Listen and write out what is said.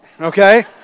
okay